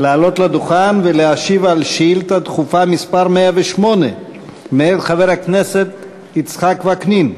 לעלות לדוכן ולהשיב על שאילתה דחופה מס' 108 מאת חבר הכנסת יצחק וקנין.